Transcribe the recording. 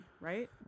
right